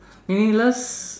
meaningless